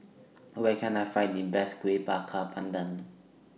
Where Can I Find The Best Kuih Bakar Pandan